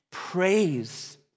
Praise